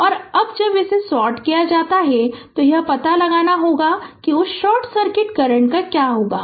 और अब जब इसे सॉर्ट किया जाता है तो यह पता लगाना होता है कि उस शॉर्ट सर्किट करंट को क्या कहते हैं